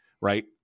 right